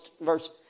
verse